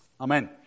Amen